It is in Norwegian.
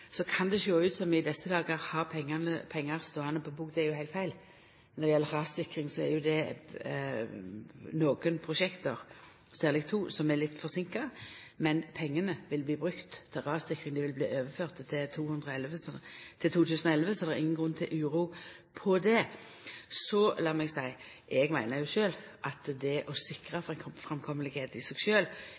Så kan det i desse dagar sjå ut som om vi har pengar ståande på bok. Det er heilt feil. Når det gjeld rassikring, er det nokre prosjekt, særleg to, som er litt forseinka. Men pengane vil bli brukte til rassikring. Dei vil bli overførde til 2011, så det er inga grunn til uro. Lat meg seia at det å sikra framkomst i seg sjølv er svært viktig. Derfor går vi ein runde når det